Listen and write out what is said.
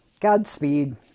Godspeed